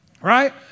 Right